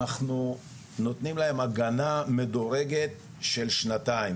אנחנו נותנים להם הגנה מדורגת של שנתיים.